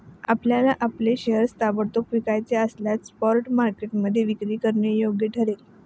आपल्याला आपले शेअर्स ताबडतोब विकायचे असल्यास स्पॉट मार्केटमध्ये विक्री करणं योग्य ठरेल